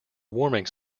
warming